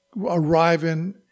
arriving